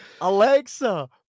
Alexa